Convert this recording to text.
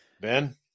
Ben